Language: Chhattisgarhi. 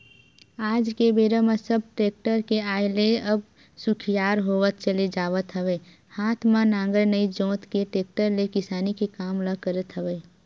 आज के बेरा म सब टेक्टर के आय ले अब सुखियार होवत चले जावत हवय हात म नांगर नइ जोंत के टेक्टर ले किसानी के काम ल करत हवय